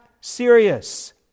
serious